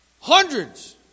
Hundreds